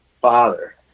father